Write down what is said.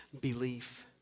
belief